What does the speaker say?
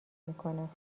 میکنم